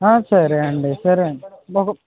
ఆ సరే అండి సరే ఒక